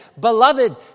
Beloved